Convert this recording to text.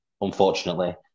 unfortunately